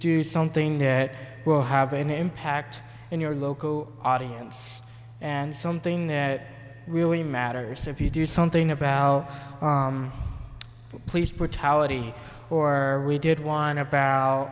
do something that will have an impact in your local audience and something that really matters if you do something about police brutality or we did one